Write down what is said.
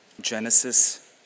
Genesis